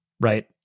right